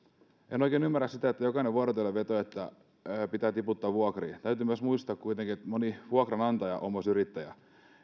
en oikein ymmärrä sitä että jokainen vuorotellen vetoaa että pitää tiputtaa vuokria täytyy myös muistaa kuitenkin että moni vuokranantaja on myös yrittäjä